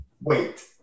wait